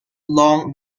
long